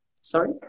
Sorry